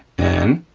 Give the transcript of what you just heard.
and